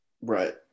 right